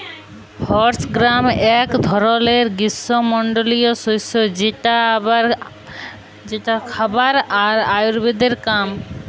horse gram এক ধরলের গ্রীস্মমন্ডলীয় শস্য যেটা খাবার আর আয়ুর্বেদের কাম